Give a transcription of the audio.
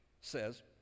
says